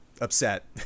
upset